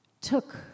took